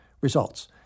Results